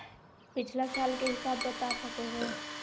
पिछला साल के हिसाब बता सको हो?